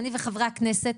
אני וחברי הכנסת,